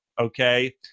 okay